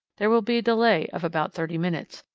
there will be a delay of about thirty minutes.